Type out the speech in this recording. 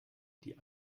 die